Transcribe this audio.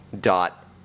Dot